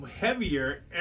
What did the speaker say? heavier